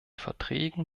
verträgen